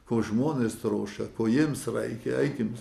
ko žmonės trokšta ko jiems reikia eikim